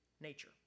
nature